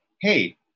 hey